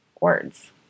words